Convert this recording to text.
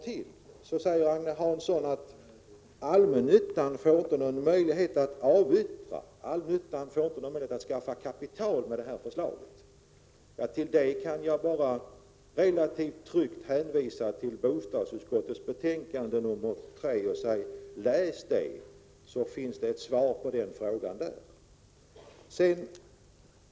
Agne Hansson säger att det framlagda förslaget leder till att allmännyttan inte får någon möjlighet att avyttra och skaffa kapital. Med anledning av det kan jag bara tryggt hänvisa till bostadsutskottets betänkande nr 3. Om man läser det skall man finna att det där finns ett svar på den frågan.